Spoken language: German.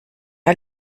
all